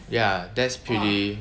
ya that's pretty